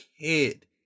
kid